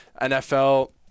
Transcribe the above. nfl